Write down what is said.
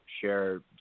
share